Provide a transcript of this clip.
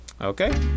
okay